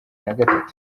nagatatu